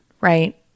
right